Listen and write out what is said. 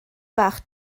bach